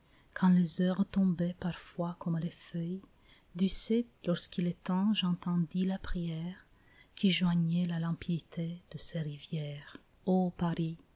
quand les heures tombaient parfois comme les feuilles du cep lorsqu'il est temps j'entendis la prière qui joignait la limpidité de ces rivières ô paris